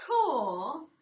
cool